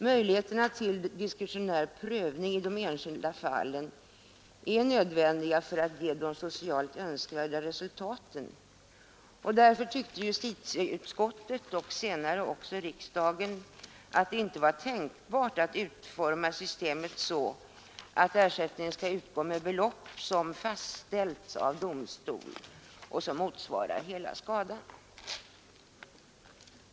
Möjligheten till diskretionär prövning i de enskilda fallen var nödvändig för att ge de socialt önskvärda resultaten. Därför ansåg justitieutskottet och senare också riksdagen att det inte var tänkbart att utforma systemet så att ersättning skall utgå med belopp som fastställs av domstol och som motsvarar hela skadan.